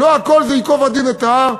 לא הכול זה ייקוב הדין את ההר.